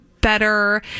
better